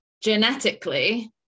genetically